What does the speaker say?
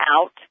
out